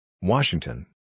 Washington